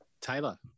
Taylor